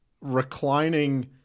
reclining